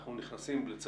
אנחנו נכנסים לצערנו